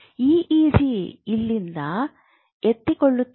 EEG ಇಲ್ಲಿಂದ ಎತ್ತಿಕೊಳ್ಳುತ್ತದೆ